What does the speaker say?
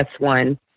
S1